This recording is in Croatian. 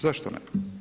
Zašto ne?